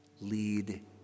lead